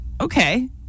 Okay